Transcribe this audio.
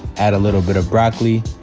add a little bit of broccoli,